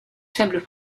faibles